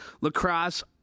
Lacrosse